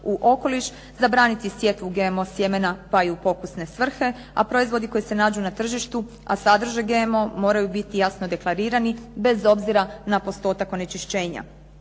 u okoliš, zabraniti sjetvu GMO sjemena pa i u pokusne svrhe, a proizvodi koji se nađu na tržištu, a sadrže GMO moraju biti jasno deklarirani bez obzira na postotak onečišćenja.